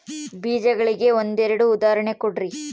ಬೇಜಗಳಿಗೆ ಒಂದೆರಡು ಉದಾಹರಣೆ ಕೊಡ್ರಿ?